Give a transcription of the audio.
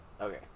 Okay